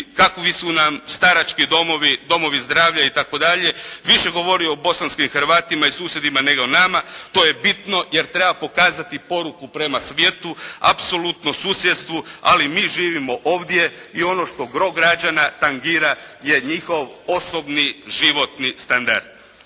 kakvi su nam starački domovi, domovi zdravlja itd. Više je govorio o bosanskim Hrvatima i susjedima, nego nama. To je bitno jer treba pokazati poruku prema svijetu, apsolutno susjedstvu, ali mi živimo ovdje i ono što gro građana tangira je njihov osobni životni standard.